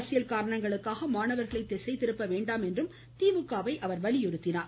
அரசியல் காரணங்களுக்காக மாணவர்களை திசை திருப்ப வேண்டாம் என்றும் அவர் திமுகவை வலியுறுத்தினார்